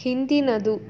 ಹಿಂದಿನದು